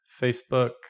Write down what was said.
Facebook